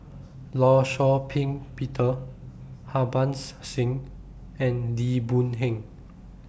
law Shau Ping Peter Harbans Singh and Lim Boon Heng